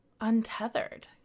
untethered